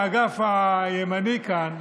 האגף הימני כאן,